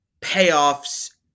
payoffs